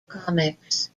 comics